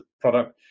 product